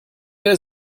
der